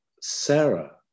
Sarah